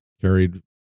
carried